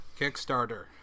Kickstarter